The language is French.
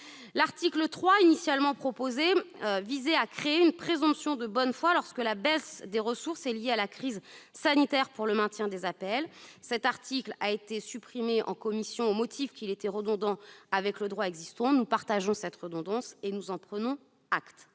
L'article 3 initialement proposé visait à créer une présomption de bonne foi lorsque la baisse des ressources est liée à la crise sanitaire pour le maintien des APL. Il a été supprimé en commission au motif qu'il était redondant avec le droit existant. Nous partageons cet avis et en prenons acte.